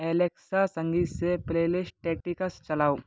Alexa संगीत से playlist tactics चलाओ